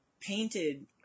painted